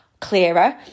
clearer